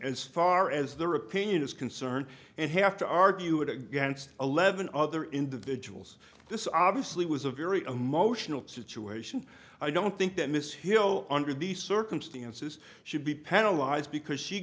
so far as their opinion is concerned and have to argue against eleven other individuals this obviously was a very emotional situation i don't think that miss hill under these circumstances should be paralyzed because she